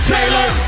Taylor